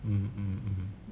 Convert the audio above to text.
mm mm mm